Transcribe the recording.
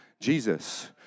Jesus